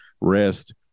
rest